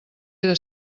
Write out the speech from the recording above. era